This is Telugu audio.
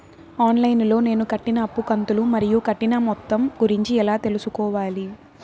ఆన్ లైను లో నేను కట్టిన అప్పు కంతులు మరియు కట్టిన మొత్తం గురించి ఎలా తెలుసుకోవాలి?